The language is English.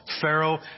Pharaoh